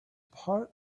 part